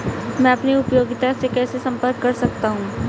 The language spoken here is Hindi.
मैं अपनी उपयोगिता से कैसे संपर्क कर सकता हूँ?